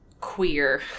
queer